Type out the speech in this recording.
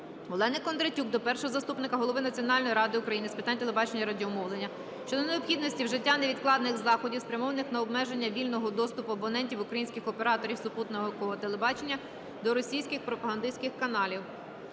Олени Кондратюк до Першого заступника голови Національної ради України з питань телебачення і радіомовлення щодо необхідності вжиття невідкладних заходів спрямованих на обмеження вільного доступу абонентів українських операторів супутникового телебачення до російських пропагандистських каналів.